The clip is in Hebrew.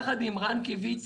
יחד עם רן קיויתי,